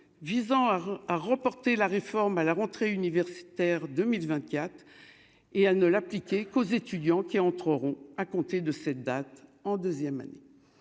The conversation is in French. visant à à remporté la réforme à la rentrée universitaire 2000 vingt-quatre et elle ne l'appliquer qu'aux étudiants qui entreront à compter de cette date, en deuxième année